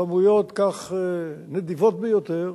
בכמויות נדיבות ביותר,